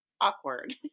awkward